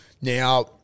Now